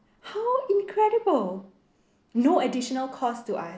how incredible no additional cost to us